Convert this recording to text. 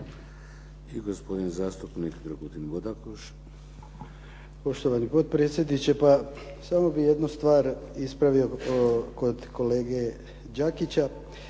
**Bodakoš, Dragutin (SDP)** Poštovani potpredsjedniče, pa samo bih jednu stvar ispravio kod kolege Đakića.